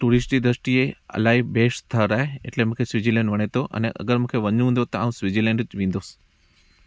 tourist ई द्रष्टीअ इलाही बेस्ट थर आहे एटले मूंखे स्विजीलैंड वणे थो अने अगरि मूंखे वञिणो हूंदो त मां स्विजीलैंड ई वेंदुसि